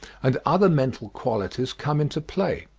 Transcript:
and other mental qualities come into play.